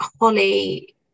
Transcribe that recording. Holly